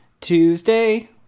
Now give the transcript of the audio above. tuesday